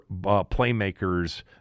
playmakers